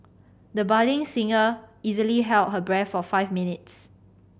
the budding singer easily held her breath for five minutes